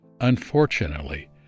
Unfortunately